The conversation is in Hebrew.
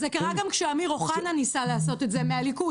זה קרה גם כשאמיר אוחנה ניסה לעשות את זה מהליכוד.